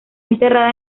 enterrada